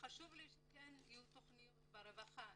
חשוב לי שיהיו תכניות ברווחה.